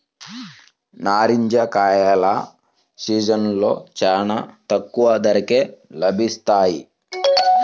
నారింజ కాయల సీజన్లో చాలా తక్కువ ధరకే లభిస్తాయి